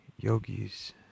yogis